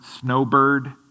snowbird